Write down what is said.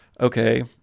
okay